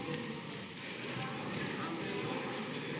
Hvala